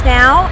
now